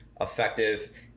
effective